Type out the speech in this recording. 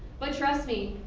but trust me,